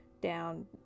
down